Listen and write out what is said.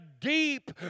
deep